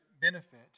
benefit